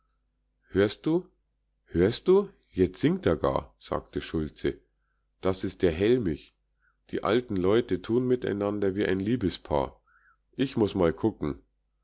hörst du hörst du jetzt singt a gar sagte schulze das is der hellmich die alten leute tun miteinander wie ein liebespaar ich muß mal gucken